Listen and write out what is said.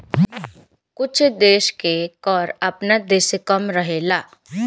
कुछ देश के कर आपना देश से कम रहेला